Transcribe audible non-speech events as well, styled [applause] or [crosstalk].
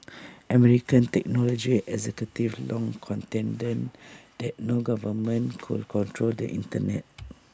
American technology executives long contended that no government could control the Internet [noise]